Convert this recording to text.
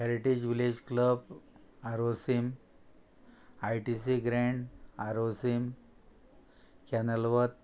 heritage village club आरोसीम I T C grand आरोसीम कॅनलवत